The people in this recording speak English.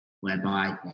whereby